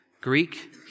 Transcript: Greek